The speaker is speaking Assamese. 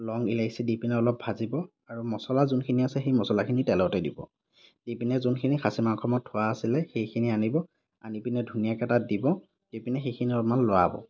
লং ইলাইচী দি পিনে অলপ ভাজিব আৰু মছলা যোনখিনি আছে সেই মছলাখিনি তেলতেই দিব দি পিনে যোনখিনি খাচী মাংস মই থোৱা আছিলে সেইখিনি আনিব আনি পিনে ধুনীয়াকৈ তাত দিব দি পিনে সেইখিনি অলপমান লৰাব